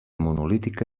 monolítica